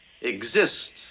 exist